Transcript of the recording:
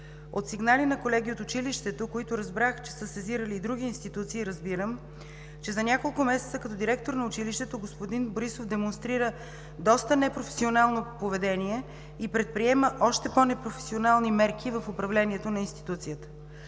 От сигнали на колеги от училището, които, разбрах, че са сезирали и други институции, разбирам, че за няколко месеца като директор на училището господин Борисов демонстрира доста непрофесионално поведение и предприема още по-непрофесионални мерки в управлението на институцията.